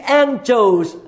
angels